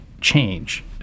change